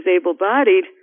able-bodied